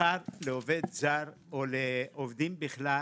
השכר לעובד זר או לעובדים בכלל,